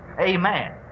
Amen